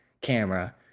camera